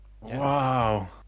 wow